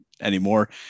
anymore